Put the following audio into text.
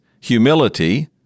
Humility